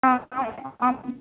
हा आम्